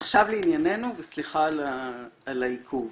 עכשיו לעניינו וסליחה על העיכוב.